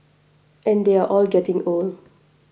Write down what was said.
and they're all getting old